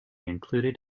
included